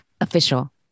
Official